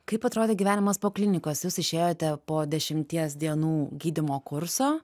kaip atrodė gyvenimas po klinikos jūs išėjote po dešimties dienų gydymo kurso